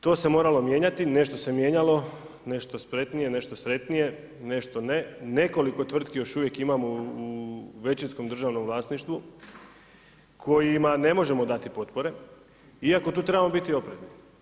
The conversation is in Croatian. To se moralo mijenjati, nešto se mijenjalo, nešto spretnije, nešto sretnije, nešto ne, nekoliko tvrtki još uvijek imamo u većinskom državnom vlasništvu kojima ne možemo dati potpore iako tu trebamo biti oprezni.